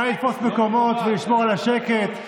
נא לתפוס מקומות ולשמור על השקט,